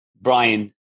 Brian